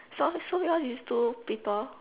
so so yours is two people